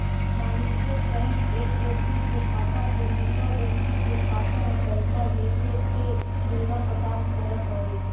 वाणिज्यिक बैंक एक व्यक्ति के खाता से दूसर व्यक्ति के खाता में पैइसा भेजजे के सुविधा प्रदान करऽ हइ